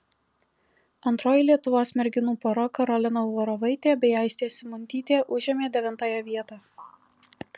antroji lietuvos merginų pora karolina uvarovaitė bei aistė simuntytė užėmė devintąją vietą